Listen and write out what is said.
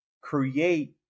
create